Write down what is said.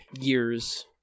years